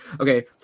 Okay